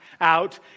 out